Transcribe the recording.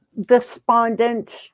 despondent